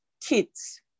kids